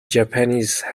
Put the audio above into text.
japanese